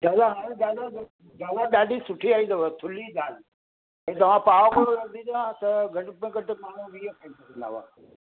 दादा हाणे दादा दादा ॾाढी सुठी आई अथव थुल्ही दाल हे तव्हां पाउ खनि रधींदा त घटि में घटि माण्हू वीह खाई वठंदव